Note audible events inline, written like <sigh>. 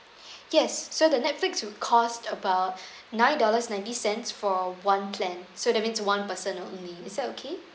<breath> yes so the Netflix would cost about <breath> nine dollars ninety-cents for one plan so that means one person only is that okay